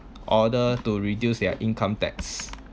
order to reduce their income tax